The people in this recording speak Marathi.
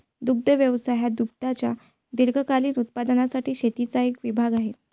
दुग्ध व्यवसाय हा दुधाच्या दीर्घकालीन उत्पादनासाठी शेतीचा एक विभाग आहे